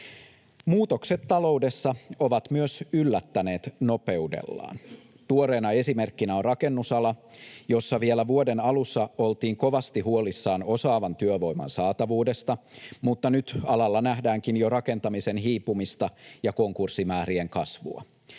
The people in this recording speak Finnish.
Muutokset taloudessa ovat myös yllättäneet nopeudellaan. Tuoreena esimerkkinä on rakennusala, jossa vielä vuoden alussa oltiin kovasti huolissaan osaavan työvoiman saatavuudesta, mutta nyt alalla nähdäänkin jo rakentamisen hiipumista ja konkurssimäärien kasvua.